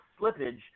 slippage